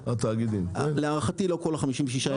בסדר,